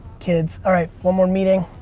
kids, alright, one more meeting.